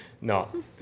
no